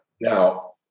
Now